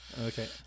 Okay